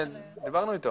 משרד הבריאות.